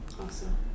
Awesome